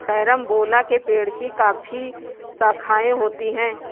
carambola के पेड़ की काफी शाखाएं होती है